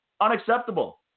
Unacceptable